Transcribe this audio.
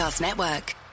Network